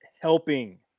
helping